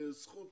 זכות